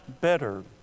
better